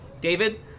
David